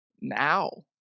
now